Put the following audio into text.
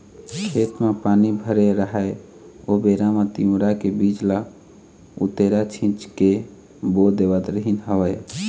खेत म पानी भरे राहय ओ बेरा म तिंवरा के बीज ल उतेरा छिंच के बो देवत रिहिंन हवँय